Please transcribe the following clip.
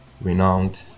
renowned